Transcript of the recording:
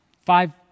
Five